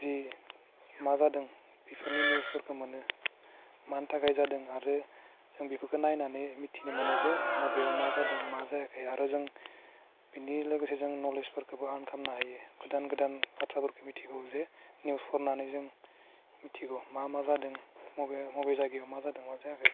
जि मा जादों बेफोरनि निउसफोरखौ मोनो मानि थाखाय जादों आरो जों बेफोरखौ नायनानै मिथिनो मोनो जे बबेयाव मा जादों मा जायाखै आरो जों बिदि लोगोसे जों नलेसफोरखौबो आर्न खालामनो हायो गोदान गोदान बाथ्राफोरखौ मिथियो जे निउस फरायनानै जों मिथिगौ मा मा जादों मबे मबे जायगायाव मा जादों जायाखै